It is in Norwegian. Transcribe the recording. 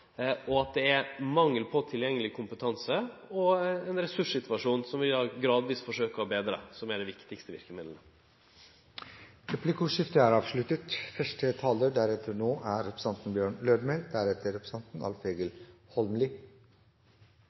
og at det er mangel på tilgjengeleg kompetanse og ein ressurssituasjon, som vi gradvis forsøkjer å betre, som er det viktigaste verkemiddelet. Replikkordskiftet er omme. Kulturminne er